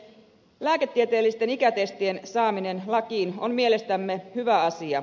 lääketieteellisten ikätestien saaminen lakiin on mielestämme hyvä asia